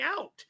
out